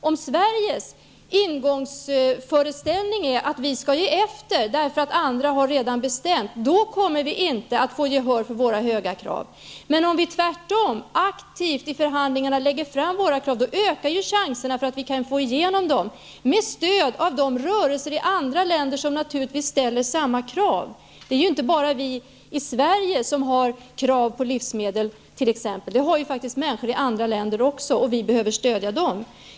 Om Sveriges grundinställning är att vi skall ge efter eftersom andra redan har bestämt, kommer vi inte att få gehör för våra höga krav. Men om vi tvärtom aktivt i förhandlingarna lägger fram våra krav, ökar chanserna för att vi kan få igenom dem med stöd av de rörelser inom andra länder där man ställer samma krav. Det är ju inte bara vi i Sverige som ställer krav på livsmedel. Det gör också människor i andra länder, och vi behöver stödja dem.